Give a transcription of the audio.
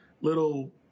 little